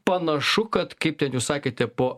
panašu kad kaip ten jūs sakėte po